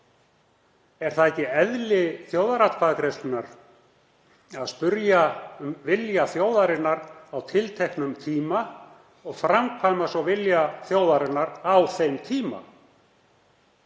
Er það ekki eðli þjóðaratkvæðagreiðslu að spyrja um vilja þjóðarinnar á tilteknum tíma og framkvæma svo vilja þjóðarinnar á þeim tíma?